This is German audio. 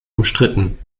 umstritten